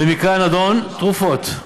ובמקרה הנדון, תרופות.